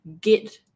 get